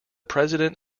president